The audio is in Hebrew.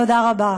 תודה רבה.